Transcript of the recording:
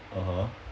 (uh huh)